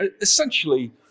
essentially